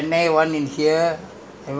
ya lah that time your parents were not here [what]